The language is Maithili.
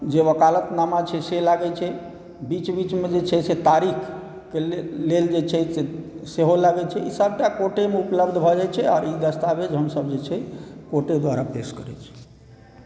जे वकालतनामा छै से लागै छै बीच बीचमे जे छै से तारीखक लेल जे छै से सेहो लागै छै ई सभटा कोर्टेमे उपलब्ध भऽजाइ छै आर ई दस्तावेज हमसब जे छै कोर्टे द्वारा पेश करै छी